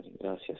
Gracias